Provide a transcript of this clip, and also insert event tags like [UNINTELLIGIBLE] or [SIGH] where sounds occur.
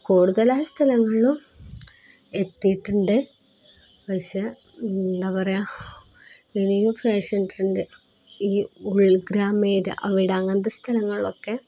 കൂടുതലായ സ്ഥലങ്ങളിലും എത്തിയിയിട്ടുണ്ട് പക്ഷേ എന്താണ് പറയുക ഇനിയും ഫാഷൻ ട്രെന്ഡ് ഈ ഉൾഗ്രാമ [UNINTELLIGIBLE] അവിടെ അങ്ങനത്തെ സ്ഥലങ്ങളിലൊക്കെ